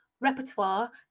repertoire